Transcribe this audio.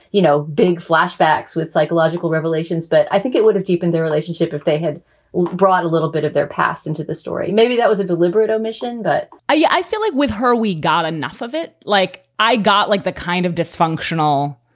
you know, big flashbacks with psychological revelations, but i think it would have deepen the relationship if they had brought a little bit of their past into the story. maybe that was a deliberate omission but i yeah i feel like with her, we got enough of it. like, i got, like, the kind of dysfunctional.